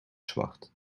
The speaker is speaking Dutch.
zwart